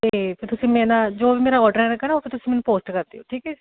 ਅਤੇ ਫ਼ਿਰ ਤੁਸੀਂ ਮੇਰਾ ਨਾਲ ਜੋ ਵੀ ਮੇਰਾ ਔਡਰ ਆਵੇਗਾ ਨਾ ਉਹ ਫ਼ਿਰ ਤੁਸੀਂ ਮੈਨੂੰ ਪੋਸਟ ਕਰ ਦਿਓ ਠੀਕ ਹੈ